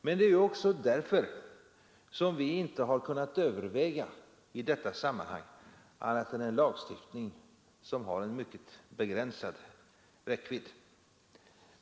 Men det är ju också därför som vi i detta sammanhang inte har kunnat överväga annat än en lagstiftning som har en mycket begränsad räckvidd.